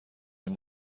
این